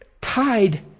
tied